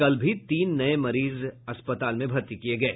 कल भी तीन नये मरीज अस्पताल में भर्ती किये गये